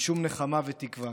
משום נחמה ותקווה.